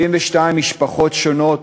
72 משפחות שונות